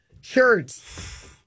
shirts